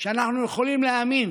שאנחנו יכולים להאמין